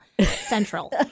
central